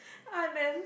Anand